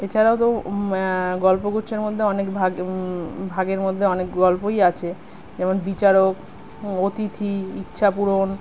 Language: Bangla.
এছাড়াও তো গল্পগুচ্ছের মধ্যে অনেক ভাগ ভাগের মধ্যে অনেক গল্পই আছে যেমন বিচারক অতিথি ইচ্ছাপূরণ